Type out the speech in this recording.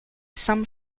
some